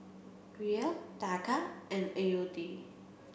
Riel Taka and A U D